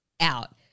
out